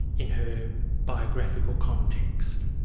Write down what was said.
in her biographical context.